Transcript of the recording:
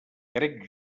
crec